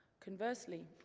conversely,